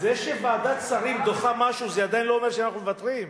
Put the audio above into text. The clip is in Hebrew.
אבל זה שוועדת שרים דוחה משהו עדיין לא אומר שאנחנו מוותרים.